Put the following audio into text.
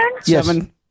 Seven